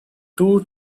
two